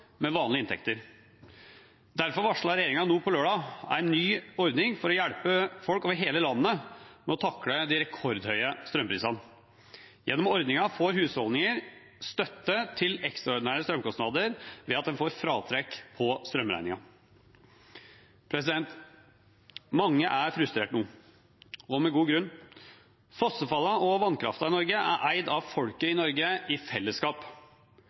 over hele landet med å takle de rekordhøye strømprisene. Gjennom ordningen får husholdninger støtte til ekstraordinære strømkostnader ved at de får fratrekk på strømregningen. Mange er frustrert nå, og med god grunn. Fossefallene og vannkraften i Norge er eid av folket i Norge i fellesskap.